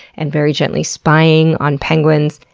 and very gently spying on penguins.